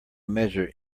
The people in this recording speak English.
measure